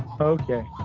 Okay